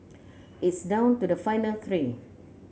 it's down to the final three